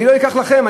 אני לא אקח לכם,